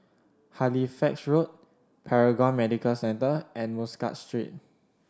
Halifax Road Paragon Medical Centre and Muscat Street